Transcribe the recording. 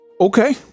okay